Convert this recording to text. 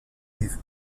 est